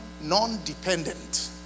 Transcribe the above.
non-dependent